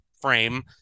frame